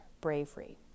bravery